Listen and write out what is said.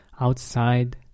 outside